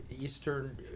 Eastern